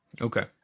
okay